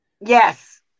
Yes